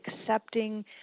accepting